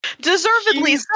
deservedly